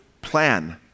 plan